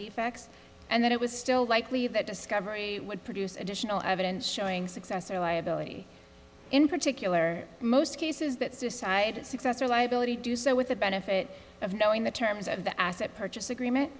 defects and that it was still likely that discovery would produce additional evidence showing success or liability in particular most cases that suicide success or liability do so with the benefit of knowing the terms of the asset purchase agreement